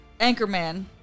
Anchorman